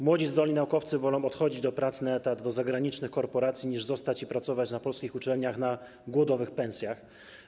Młodzi, zdolni naukowcy wolą odchodzić do pracy na etat do zagranicznych korporacji, niż zostać i pracować na polskich uczelniach za głodowe pensje.